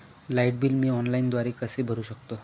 Light bill मी ऑनलाईनद्वारे कसे भरु शकतो?